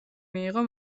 მიიღო